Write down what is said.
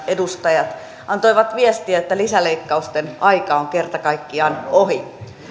edustajat antoivat viestin että lisäleikkausten aika on kerta kaikkiaan ohi